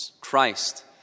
Christ